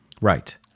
Right